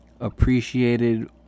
appreciated